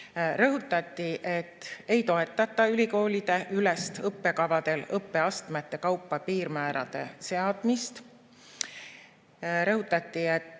Rõhutati, et ei toetata ülikoolideülest õppekavadel õppeastmete kaupa piirmäärade seadmist. Rõhutati, et